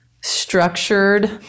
structured